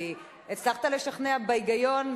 כי הצלחת לשכנע בהיגיון,